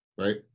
right